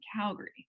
Calgary